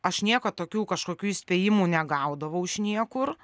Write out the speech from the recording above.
aš niekad tokių kažkokių įspėjimų negaudavau iš niekur